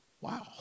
Wow